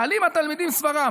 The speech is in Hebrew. מעלים התלמידים סברה.